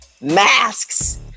masks